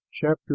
Chapter